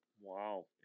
wow